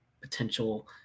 potential